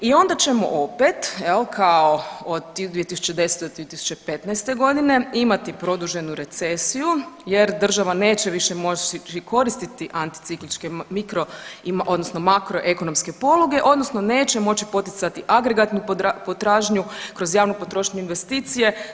I onda ćemo opet kao 2010. do 2015. godine imati produženu recesiju, jer država neće više moći koristiti anticikličke mikro odnosno makro ekonomske poluge, odnosno neće moći poticati agregatnu potražnju kroz javnu potrošnju, investicije.